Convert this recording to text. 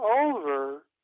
over